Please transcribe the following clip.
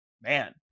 man